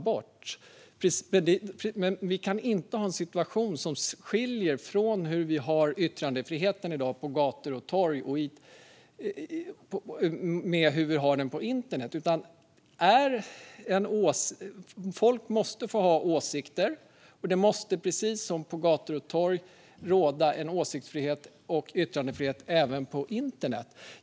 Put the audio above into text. Men vi kan inte ha en situation som skiljer sig från vad som gäller för yttrandefriheten på gator och torg. Folk måste få ha åsikter, och precis som på gator och torg måste det råda åsiktsfrihet och yttrandefrihet även på internet.